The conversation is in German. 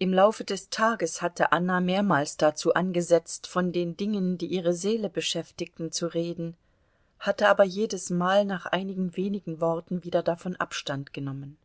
im laufe des tages hatte anna mehrmals dazu angesetzt von den dingen die ihre seele beschäftigten zu reden hatte aber jedesmal nach einigen wenigen worten wieder davon abstand genommen